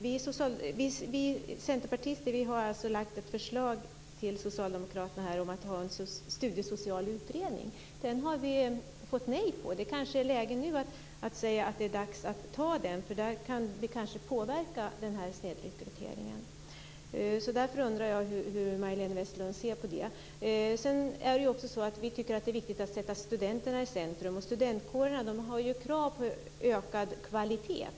Vi centerpartister har lämnat ett förslag till socialdemokraterna om att göra en studiesocial utredning. Där blev svaret nej men det är kanske läge nu att säga att det är dags att ta nämnda utredning. Där kan vi kanske påverka snedrekryteringen. Därför undrar jag hur Majléne Westerlund Panke ser på den saken. Vi tycker att det är viktigt att studenterna sätts i centrum. Studentkårerna har krav på ökad kvalitet.